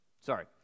sorry